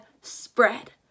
spread